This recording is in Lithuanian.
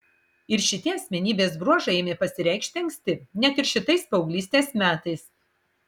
ir šitie asmenybės bruožai ėmė pasireikšti anksti net ir šitais paauglystės metais